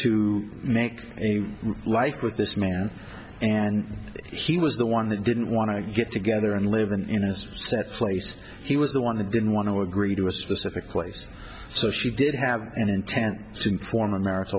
to make a like with this man and he was the one that didn't want to get together and live in a place he was the one that didn't want to agree to a specific place so she did have an intent to form a mari